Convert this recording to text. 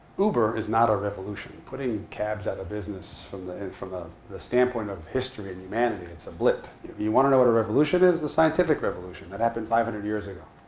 uber is not a revolution. putting cabs out of business, from the from ah the standpoint of history and humanity, it's a blip. you want to know what a revolution is? the scientific revolution that happened five hundred years ago.